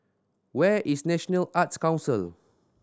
where is National Arts Council